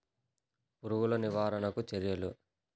పురుగులు నివారణకు చర్యలు?